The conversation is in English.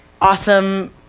awesome